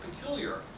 peculiar